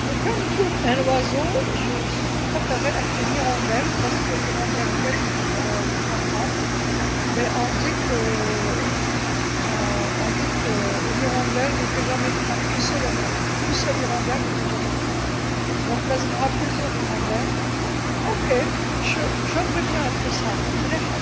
لوكان نكون طائر، أفضّل أن أكون سنونوًا لأن السنونو هيا اللي جيب الربيع، يقولون ذلك يقولون إن السنونو لا يجلب سنونو واحد لا يجلب الربع، لذا عليها العديد من السنونو، تمام نحب هذي الحاجه مليحه.